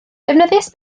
defnyddiais